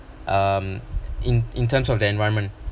um in in terms of the environment